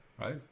right